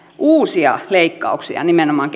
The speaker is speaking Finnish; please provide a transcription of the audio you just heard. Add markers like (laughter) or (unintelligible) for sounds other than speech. uusia leikkauksia nimenomaan (unintelligible)